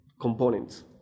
components